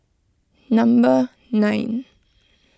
number nine